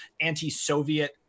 anti-soviet